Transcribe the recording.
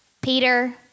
Peter